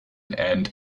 ant